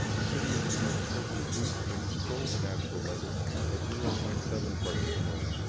city engineers carefully boost and control the natural level at zero point seven parts per million.